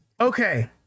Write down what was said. Okay